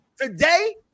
Today